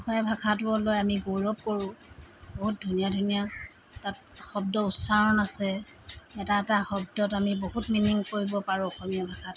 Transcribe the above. অসমীয়া ভাষাটো লৈ আমি গৌৰৱ কৰোঁ বহুত ধুনীয়া ধুনীয়া তাত শব্দ উচ্চাৰণ আছে এটা এটা শব্দত আমি বহুত মিনিং কৰিব পাৰোঁ অসমীয়া ভাষাত